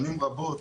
שנים רבות,